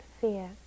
fear